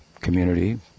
community